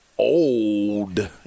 old